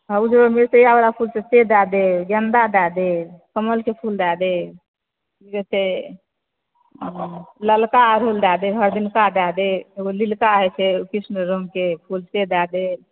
ओ जे मिरचयावला फूल छै से दय देब गेंदा दय देब कमलके फूल दय देब की कहै छै ललका अरहुल दय देब एगो नीलका हेतै कृष्ण रंगके फूल से दय देब